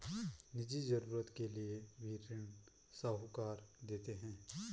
निजी जरूरत के लिए भी ऋण साहूकार देते हैं